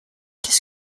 qu’est